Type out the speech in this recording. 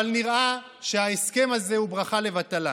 אבל נראה שההסכם הזה הוא ברכה לבטלה.